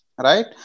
Right